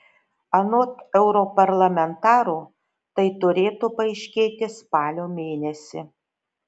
anot europarlamentaro tai turėtų paaiškėti spalio mėnesį